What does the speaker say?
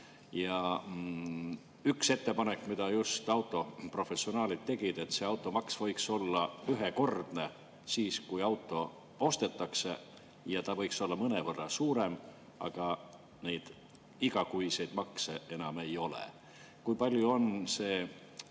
Üks ettepanek, mille just autoprofessionaalid tegid, oli see, et automaks võiks olla ühekordne, siis kui auto ostetakse, ja ta võiks olla mõnevõrra suurem, aga neid igakuiseid makse enam ei oleks. Kui palju on see